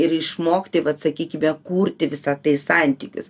ir išmokti vat sakykime kurti visą tai santykius